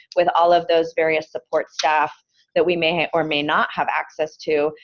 with all of those various support staff that we may or may not have access to,